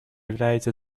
является